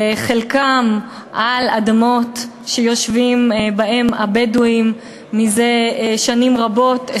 וחלקם על אדמות שיושבים בהן הבדואים זה שנים רבות,